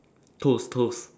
toast toast